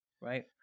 right